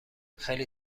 خیلی